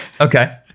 Okay